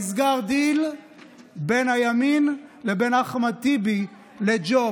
נסגר דיל בין הימין לבין אחמד טיבי לג'וב.